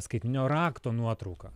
skaitmeninio rakto nuotrauką